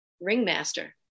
ringmaster